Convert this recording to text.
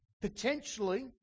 potentially